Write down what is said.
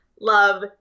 love